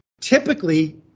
typically